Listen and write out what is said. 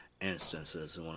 instances